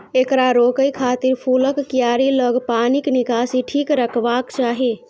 एकरा रोकै खातिर फूलक कियारी लग पानिक निकासी ठीक रखबाक चाही